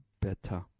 better